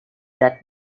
that